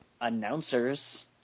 announcers